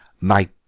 My